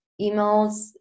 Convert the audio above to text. Emails